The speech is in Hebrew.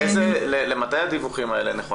למתי נכונים הדיווחים האלה?